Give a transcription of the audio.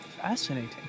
fascinating